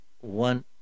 one